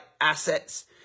assets